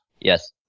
Yes